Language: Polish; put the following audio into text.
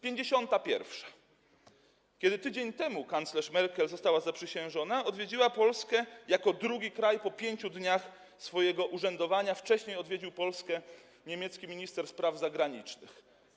51. Kiedy tydzień temu kanclerz Merkel została zaprzysiężona, odwiedziła Polskę jako drugi kraj po 5 dniach swojego urzędowania, a wcześniej odwiedził Polskę niemiecki minister spraw zagranicznych.